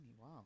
Wow